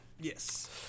Yes